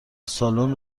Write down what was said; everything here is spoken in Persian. سالن